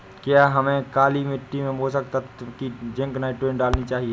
क्या हमें काली मिट्टी में पोषक तत्व की जिंक नाइट्रोजन डालनी चाहिए?